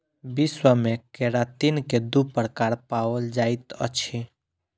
विश्व मे केरातिन के दू प्रकार पाओल जाइत अछि